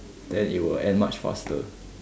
then it will end much faster